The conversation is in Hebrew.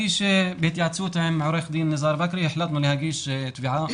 בהתייעצות עם עו"ד ניזאר בכרי החלטנו להגיש תביעה